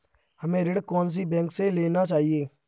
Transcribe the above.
हमें ऋण कौन सी बैंक से लेना चाहिए?